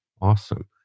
awesome